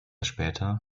später